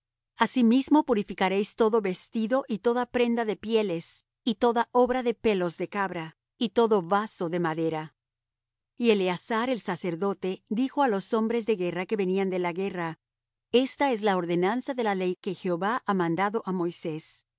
asimismo purificaréis todo vestido y toda prenda de pieles y toda obra de pelos de cabra y todo vaso de madera y eleazar el sacerdote dijo á los hombres de guerra que venían de la guerra esta es la ordenanza de la ley que jehová ha mandado á moisés